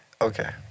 Okay